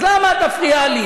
אז למה את מפריעה לי?